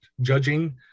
judging